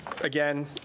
again